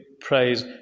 praise